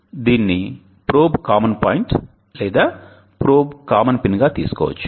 ఇప్పుడు దీనిని probe common point లేదా ప్రోబ్ కామన్ పిన్ గా తీసుకోవచ్చు